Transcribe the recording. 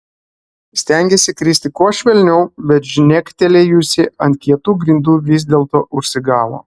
stengėsi kristi kuo švelniau bet žnektelėjusi ant kietų grindų vis dėlto užsigavo